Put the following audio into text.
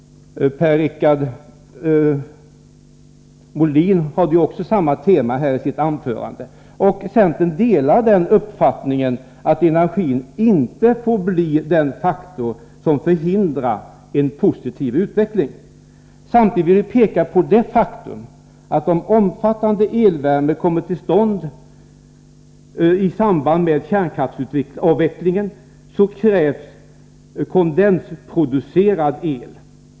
Per-Richard Molin hade samma tema i sitt anförande, och centern delar uppfattningen att energin inte får bli den faktor som förhindrar en positiv utveckling. Samtidigt vill vi peka på det faktum att om omfattande elvärme kommer att bibehållas i samband med kärnkraftsavvecklingen, krävs kondenskraftsproducerad el.